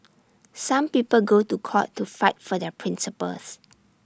some people go to court to fight for their principles